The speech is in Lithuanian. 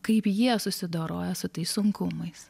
kaip jie susidoroja su tais sunkumais